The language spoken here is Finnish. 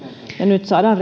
ja nyt saadaan